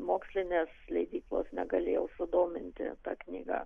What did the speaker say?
mokslinės leidyklos negalėjau sudominti ta knyga